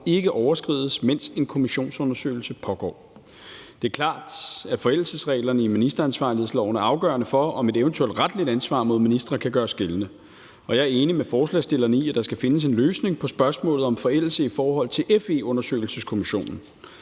ikke overskrides, mens en kommissionsundersøgelse pågår. Det er klart, at forældelsesreglerne i ministeransvarlighedsloven er afgørende for, om et eventuelt retligt ansvar mod ministre kan gøres gældende, og jeg er enig med forslagsstillerne i, at der skal findes en løsning på spørgsmålet om forældelse i forhold til FE-undersøgelseskommissionen.